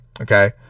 Okay